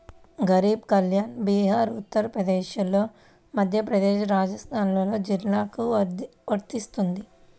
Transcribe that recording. గరీబ్ కళ్యాణ్ బీహార్, ఉత్తరప్రదేశ్, మధ్యప్రదేశ్, రాజస్థాన్లోని జిల్లాలకు వర్తిస్తుంది